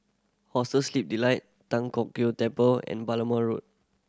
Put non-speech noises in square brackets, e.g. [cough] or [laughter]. Hostel Sleep Delight Tan Kong [unintelligible] Temple and Balmoral Road